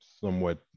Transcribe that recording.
somewhat